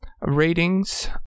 Ratings